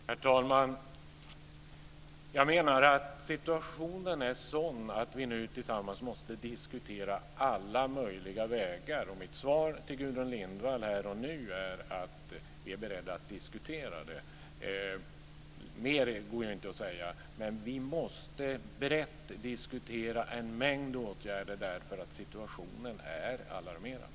Herr talman! Jag menar att situationen är sådan att vi tillsammans måste diskutera alla möjliga vägar. Mitt svar till Gudrun Lindvall här och nu är att vi är beredda att diskutera. Mer går det inte att säga. Vi måste brett diskutera en mängd åtgärder därför att situationen är alarmerande.